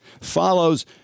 Follows